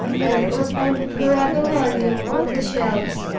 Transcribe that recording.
and opened no other volume on the shelves.